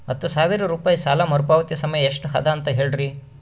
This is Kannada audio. ಹತ್ತು ಸಾವಿರ ರೂಪಾಯಿ ಸಾಲ ಮರುಪಾವತಿ ಸಮಯ ಎಷ್ಟ ಅದ ಅಂತ ಹೇಳರಿ?